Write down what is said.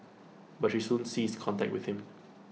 but she soon ceased contact with him